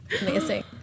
amazing